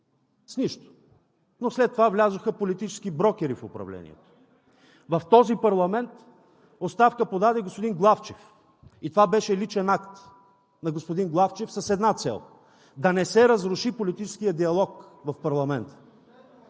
С нищо. Но след това влязоха политически брокери в управлението. В този парламент оставка подаде господин Главчев. И това беше личен акт на господин Главчев, с една цел – да не се разруши политическият диалог в парламента.